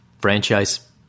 franchise